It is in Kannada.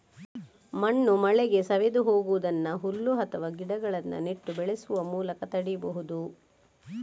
ಮಣ್ಣು ಮಳೆಗೆ ಸವೆದು ಹೋಗುದನ್ನ ಹುಲ್ಲು ಅಥವಾ ಗಿಡಗಳನ್ನ ನೆಟ್ಟು ಬೆಳೆಸುವ ಮೂಲಕ ತಡೀಬಹುದು